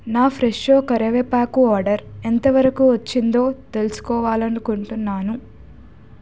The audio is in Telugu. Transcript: నా ఫ్రెషో కరివేపాకు ఆడర్ ఎంతవరకు వచ్చిందో తెలుసుకోవాలనుకుంటున్నాను